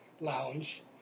lounge